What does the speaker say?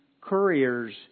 couriers